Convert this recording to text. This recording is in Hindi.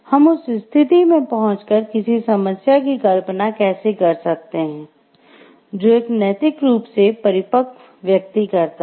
हम उस स्थिति में पहुंचकर किसी समस्या की कल्पना कैसे कर सकते है जो एक नैतिक रूप से परिपक्व व्यक्ति करता है